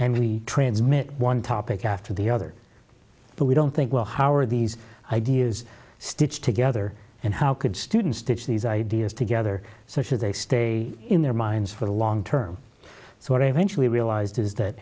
we transmit one topic after the other that we don't think well how are these ideas stitched together and how could students teach these ideas together so should they stay in their minds for the long term so what i eventually realized is that